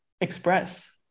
express